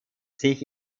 sich